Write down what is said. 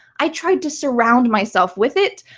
i tried to surround myself with it.